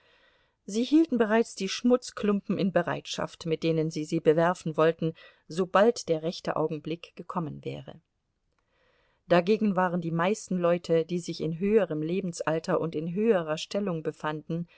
sie hielten bereits die schmutzklumpen in bereitschaft mit denen sie sie bewerfen wollten sobald der rechte augenblick gekommen wäre dagegen waren die meisten leute die sich in höherem lebensalter und in höherer stellung befanden